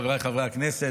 חבריי חברי הכנסת,